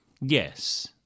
Yes